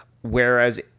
whereas